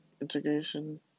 integration